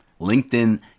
LinkedIn